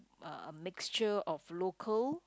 uh mixture of local